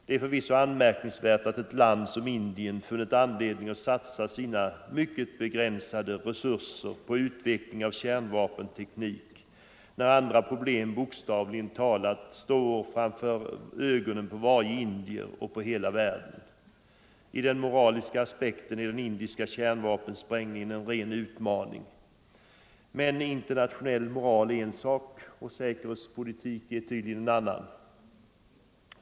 Det är förvisso anmärkningsvärt att ett land som Indien har funnit anledning att satsa sina mycket begränsade resurser på utveckling av kärnvapenteknik, när andra problem bokstavligt talat står framför ögonen på varje indier och på hela världen. I den moraliska aspekten är den indiska kärnvapensprängningen en ren utmaning. Men internationell moral är en sak, säkerhetspolitik tydligen en annan.